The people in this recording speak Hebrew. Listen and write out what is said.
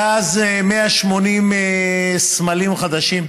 מאז, 180 סמלים חדשים,